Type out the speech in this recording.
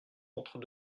entre